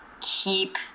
keep